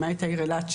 למעט העיר אילת.